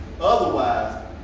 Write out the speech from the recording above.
Otherwise